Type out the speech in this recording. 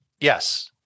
Yes